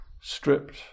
stripped